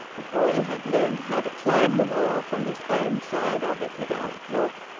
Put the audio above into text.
the boy had learned how to climb the wall from his own side of it without help.